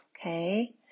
Okay